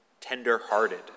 tender-hearted